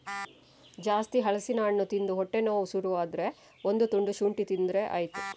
ಜಾಸ್ತಿ ಹಲಸಿನ ಹಣ್ಣು ತಿಂದು ಹೊಟ್ಟೆ ನೋವು ಶುರು ಆದ್ರೆ ಒಂದು ತುಂಡು ಶುಂಠಿ ತಿಂದ್ರೆ ಆಯ್ತು